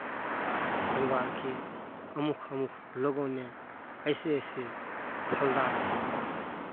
परिवार के अमुक अमुक लोगों ने ऐसे ऐसे फलदार